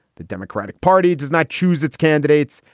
the democratic party does not choose its candidates.